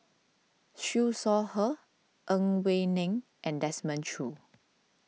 Siew Shaw Her Ang Wei Neng and Desmond Choo